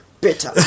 bitter